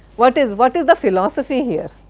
what is, what is the philosophy here?